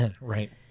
Right